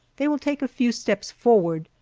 they will take a few steps forward,